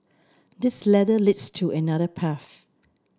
this ladder leads to another path